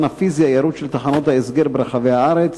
הפיזי הירוד של תחנות ההסגר ברחבי הארץ,